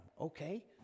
Okay